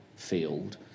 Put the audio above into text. field